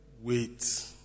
Wait